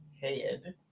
head